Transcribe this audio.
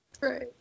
Right